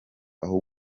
aho